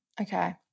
Okay